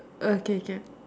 okay can